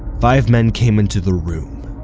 five men came into the room,